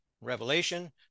Revelation